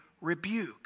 rebuke